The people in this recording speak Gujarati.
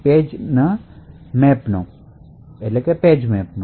પેજ ને મૅપ કરે છે